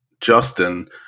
justin